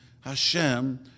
Hashem